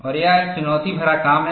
और यह एक चुनौती भरा काम है